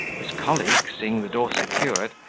his colleague, seeing the door secured,